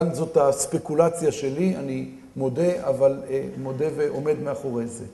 זאת הספקולציה שלי, אני מודה, אבל מודה ועומד מאחורי זה.